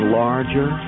larger